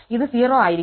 ഇത് 0 ആയിരിക്കും